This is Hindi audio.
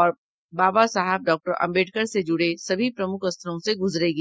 और बाबा साहब डा आम्बेडकर से जुड़े सभी प्रमुख स्थलो से गुजरेगी